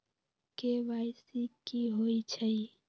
KYC कि होई छई?